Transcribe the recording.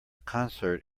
concert